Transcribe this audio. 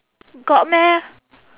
got meh